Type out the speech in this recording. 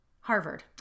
Harvard